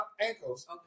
ankles